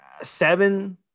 Seven